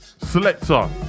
Selector